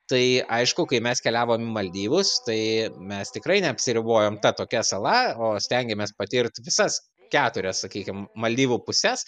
tai aišku kai mes keliavom į maldyvus tai mes tikrai neapsiribojom ta tokia sala o stengėmės patirt visas keturias sakykim maldyvų puses